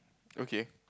okay